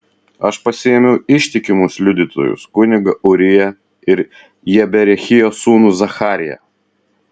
aš pasiėmiau ištikimus liudytojus kunigą ūriją ir jeberechijo sūnų zachariją